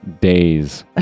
days